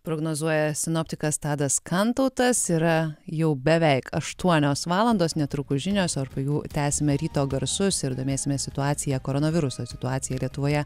prognozuoja sinoptikas tadas kantautas yra jau beveik aštuonios valandos netrukus žinios o ir po jų tęsime ryto garsus ir domėsimės situacija koronaviruso situacija lietuvoje